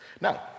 Now